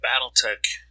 BattleTech